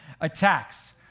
attacks